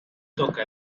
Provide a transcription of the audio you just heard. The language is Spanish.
toca